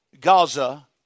Gaza